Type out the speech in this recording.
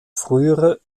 frühere